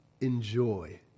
enjoy